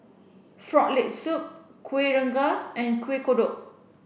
frog leg soup Kuih Rengas and Kuih Kodok